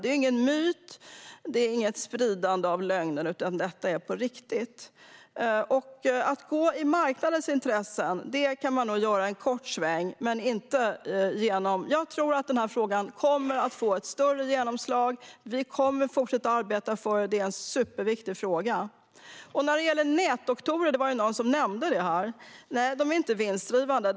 Det är ingen myt, och det är inget spridande av lögner; detta är på riktigt. Gå marknadens ärenden kan man nog göra en kort sväng, men jag tror att frågan kommer att få ett större genomslag. Vi kommer att fortsätta arbeta för det, för detta är en superviktig fråga. Det var någon som nämnde nätdoktorer, och nej, de är inte vinstdrivande.